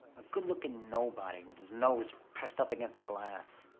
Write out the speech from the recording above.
good-looking nobody, with his nose pressed up against the glass.